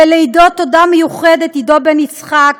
לעידו תודה מיוחדת, עידו בן יצחק,